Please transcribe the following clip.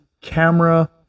camera